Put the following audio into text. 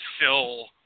fill